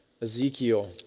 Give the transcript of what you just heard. Ezekiel